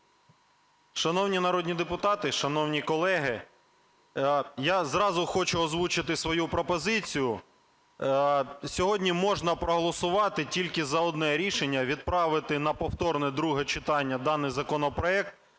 Шановні народні депутати, шановні колеги, я зразу хочу озвучити свою пропозицію. Сьогодні можна проголосувати тільки за одне рішення: відправити на повторне друге читання даний законопроект